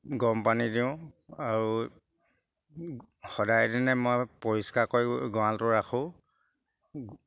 গৰমপানী দিওঁ আৰু সদায় দিনে মই পৰিষ্কাৰ কৰি গড়ালটো ৰাখোঁ